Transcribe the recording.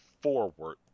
forward